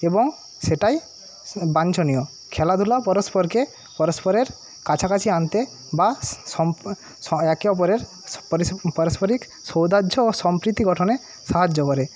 এবং সেটাই বাঞ্ছনীয় খেলাধুলা পরস্পরকে পরস্পরের কাছাকাছি আনতে বা একে অপরের পারস্পরিক সৌহার্দ ও সম্প্রীতি গঠনে সাহায্য করে